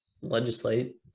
legislate